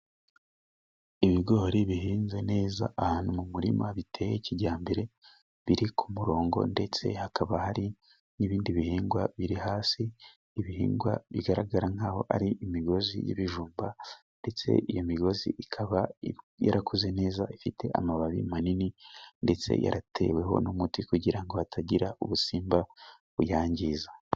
Ibigori bihinze neza ahantu mu murima biteye kijyambere, biri ku murongo ndetse hakaba hari n'ibindi bihingwa biri hasi, ibihingwa bigaragara nk'aho ari imigozi y'ibijumba ndetse iyo migozi ikaba yarakuze neza ifite amababi manini ndetse yarateweho n'umuti kugira ngo hatagira ubusimba buyangiza.